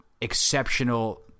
exceptional